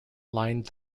lined